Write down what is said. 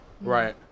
Right